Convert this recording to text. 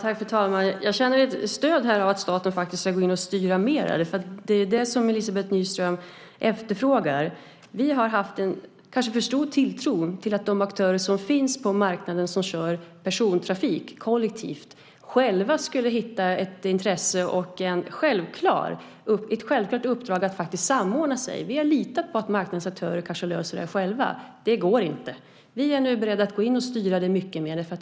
Fru talman! Jag känner ett stöd för att staten ska gå in och styra mer här. Det är ju det som Elizabeth Nyström efterfrågar. Vi har kanske haft för stor tilltro till att de aktörer på marknaden som kör persontrafik kollektivt själva skulle ha ett intresse och se det som sitt uppdrag att faktiskt samordna sig. Vi har litat på att marknadens aktörer löser detta själva. Men det går inte. Vi är nu beredda att gå in och styra detta mer.